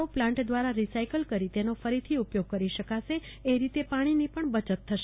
ઓ plant દ્વારા recycle કરી તેનો ફરીથી ઉપયોગ કરી શકાશે એ રીતે પાણીની પણ બચત થશે